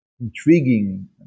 intriguing